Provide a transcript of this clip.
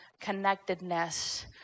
connectedness